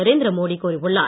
நரேந்திர மோடி கூறியுள்ளார்